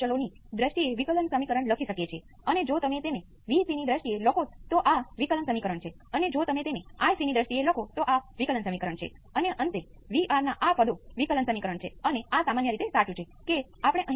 ચાલો કહીએ કે હું આઅમુક સંખ્યા અને આ અમુક અન્ય સંખ્યાનું વજન કરી શકું અને ઉમેરી શકું તે આ અમુક સંખ્યાને વજન કરવા અને આ આ સંખ્યાને આપવાનો રિસ્પોન્સ હશે